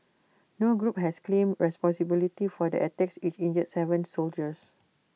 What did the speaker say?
no group has claimed responsibility for the attacks which injured Seven soldiers